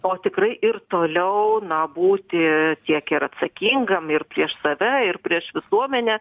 o tikrai ir toliau na būti tiek ir atsakingam ir prieš save ir prieš visuomenę